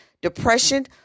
depression